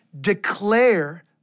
declare